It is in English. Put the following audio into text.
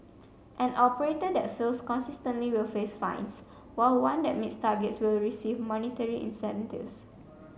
an operator that fails consistently will face fines while one that meets targets will receive monetary incentives